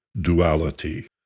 Duality